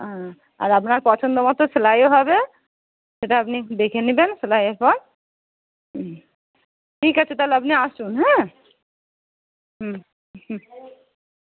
আর আপনার পছন্দ মতো সেলাইও হবে সেটা আপনি দেখে নেবেন সেলাইয়ের পর ঠিক আছে তাহলে আপনি আসুন হ্যাঁ হুম হুম